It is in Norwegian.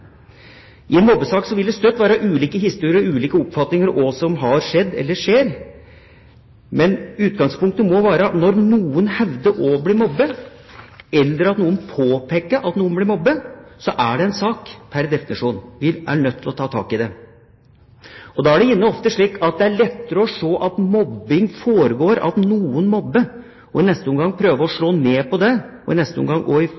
I en mobbesak vil det stadig være ulike historier og ulike oppfatninger av hva som har skjedd eller skjer. Men utgangspunktet må være: Når noen hevder å bli mobbet, eller noen påpeker at noen blir mobbet, er det en sak pr. definisjon. Da er vi nødt til å ta tak i det. Og da er det ofte lettere å se at mobbing foregår, og at noen mobber, og så i neste omgang prøve å slå ned på det og